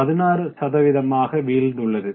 16 சதவீதமாக வீழ்ந்துள்ளது